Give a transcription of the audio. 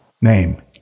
name